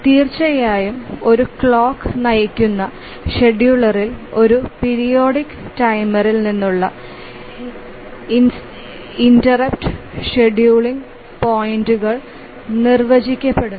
തീർച്ചയായും ഒരു ക്ലോക്ക് നയിക്കുന്ന ഷെഡ്യൂളറിൽ ഒരു പീരിയോഡിക് ടൈമറിൽ നിന്നുള്ള ഇന്ററപ്റ്റ് ഷെഡ്യൂളിംഗ് പോയിന്റുകൾ നിർവചിക്കപ്പെടുന്നു